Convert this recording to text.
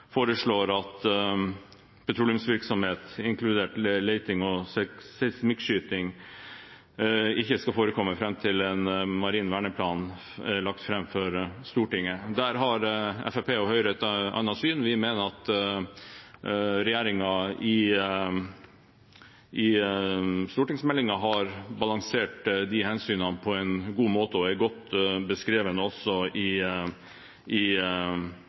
foreslår at petroleumsvirksomhet, inkludert leting og seismikkskyting, ikke skal forekomme fram til en marin verneplan er lagt fram for Stortinget. Der har Fremskrittspartiet og Høyre et annet syn. Vi mener at regjeringen i stortingsmeldingen har balansert de hensynene på en god måte, og det er også godt beskrevet i